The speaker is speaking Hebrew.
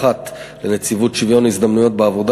האחת לנציבות שוויון הזדמנויות בעבודה